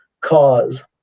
cause